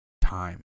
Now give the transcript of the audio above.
Time